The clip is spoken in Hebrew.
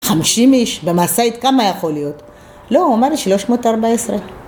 חמשים איש במשאית כמה יכול להיות? לא הוא אמר לי שלוש מאות ארבע עשרה